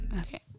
Okay